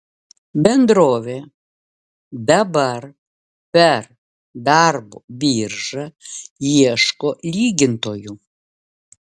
bendrovė dabar per darbo biržą ieško lygintojų